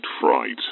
Fright